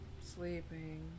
Sleeping